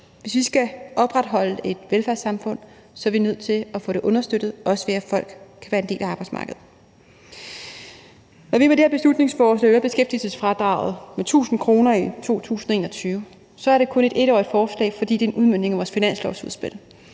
Hvis vi skal opretholde et velfærdssamfund, er vi nødt til at få det understøttet, også ved at folk kan være en del af arbejdsmarkedet. Og det her beslutningsforslag vil øge beskæftigelsesfradraget med 1.000 kr. i 2021. Det er kun et 1-årigt forslag, fordi det er en udmøntning af vores finanslovsudspil,